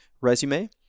resume